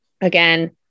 Again